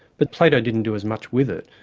but plato didn't do as much with it.